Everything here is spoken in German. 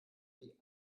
die